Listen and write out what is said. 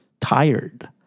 tired